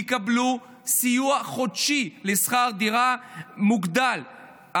יקבלו סיוע חודשי לשכר דירה מוגדל,